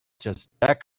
president